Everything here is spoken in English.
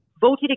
voted